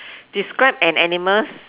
describe an animal